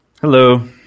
Hello